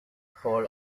hall